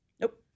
Nope